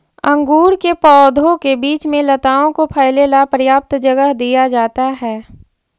अंगूर के पौधों के बीच में लताओं को फैले ला पर्याप्त जगह दिया जाता है